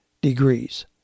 degrees